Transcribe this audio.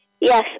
Yes